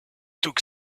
took